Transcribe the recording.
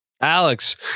Alex